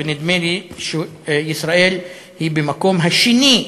ונדמה לי שישראל היא במקום השני,